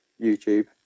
youtube